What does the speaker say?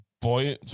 Boy